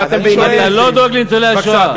אתה לא דואג לניצולי השואה.